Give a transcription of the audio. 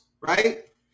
right